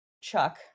chuck